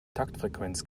taktfrequenz